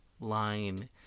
line